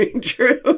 True